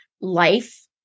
life